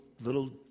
little